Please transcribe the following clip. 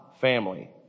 family